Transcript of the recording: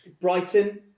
Brighton